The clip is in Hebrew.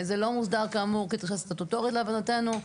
זה לא מוסדר כאמור --- סטטוטורית לעבודתנו.